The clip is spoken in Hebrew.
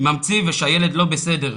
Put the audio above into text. ממציא ושהילד לא בסדר,